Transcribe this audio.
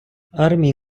армії